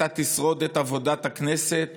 אתה תשרוד את עבודת הכנסת,